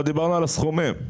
לא דיברנו על הסכומים.